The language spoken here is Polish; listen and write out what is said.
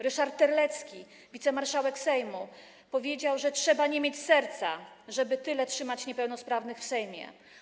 Ryszard Terlecki, wicemarszałek Sejmu, powiedział, że trzeba nie mieć serca, żeby tyle trzymać niepełnosprawnych w Sejmie.